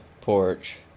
porch